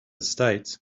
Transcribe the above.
states